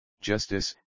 Justice